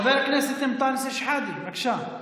חבר הכנסת אנטאנס שחאדה, בבקשה.